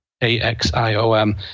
A-X-I-O-M